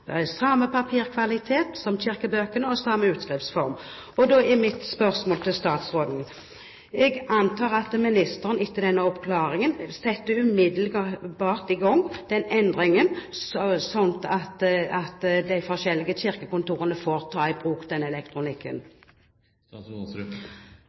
samme papirkvalitet som kirkebøkene og samme utskriftsform. Da er mitt spørsmål til statsråden: Jeg antar at ministeren etter denne oppklaringen umiddelbart setter i gang den endringen, slik at de forskjellige kirkekontorene får ta i bruk